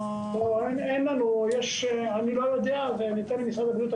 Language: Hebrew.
אני לא יודע, צריך לשאול את משרד הבריאות.